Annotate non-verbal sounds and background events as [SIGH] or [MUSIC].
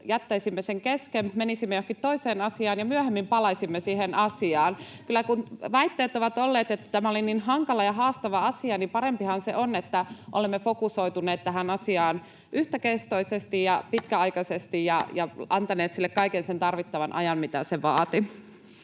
jättäisimme sen kesken, menisimme johonkin toiseen asiaan ja myöhemmin palaisimme siihen asiaan. [Suna Kymäläinen: Eduskunnalla on työjärjestys!] Kun on ollut väitteitä, että tämä oli niin hankala ja haastava asia, niin parempihan se on, että olemme fokusoituneet tähän asiaan yhtäkestoisesti ja pitkäaikaisesti [NOISE] ja antaneet sille kaiken sen tarvittavan ajan, mitä se vaati.